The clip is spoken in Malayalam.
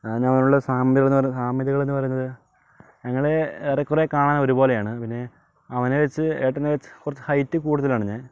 അവനു തമ്മിലുള്ള സാമ്യതകളെന്ന് പറയണത് സാമ്യതകളെന്ന് പറയണത് ഞങ്ങള് ഏറെകുറെ കാണാൻ ഒരുപോലെയാണ് പിന്നെ അവനെ വച്ചു ഏട്ടനെ വച്ച് കുറച്ചു ഹൈറ്റ് കൂടുതലാണ് ഞാൻ